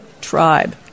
tribe